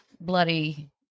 bloody-